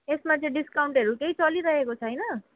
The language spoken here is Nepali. यसमा चाहिँ डिस्काउन्टहरू केही चलिरहेको छैन